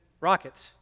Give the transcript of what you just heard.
Rockets